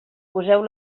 poseu